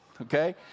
okay